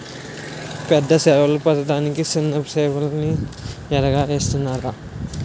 పెద్ద సేపలు పడ్డానికి సిన్న సేపల్ని ఎరగా ఏత్తనాన్రా